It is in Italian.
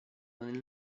nel